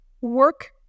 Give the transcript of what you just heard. work